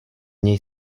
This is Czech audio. něj